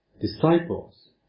disciples